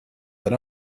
that